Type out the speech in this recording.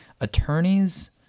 attorneys